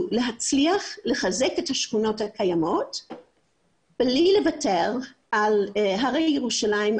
להצליח ולחזק את השכונות הקיימות בלי לוותר על הרי ירושלים,